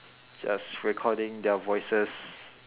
just recording their voices